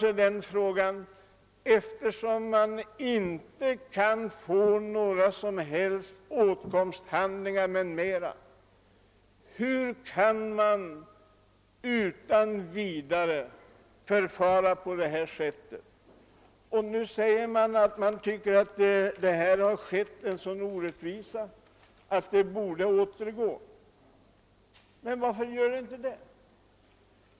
Hur kan man utan att uppvisa några som helst åtkomsthandlingar få förfara på det sättet utan att det beivras? Det har nu framhållits att en orättvisa har begåtts och att området borde återgå till tidigare ägare. Varför sker då inte detta?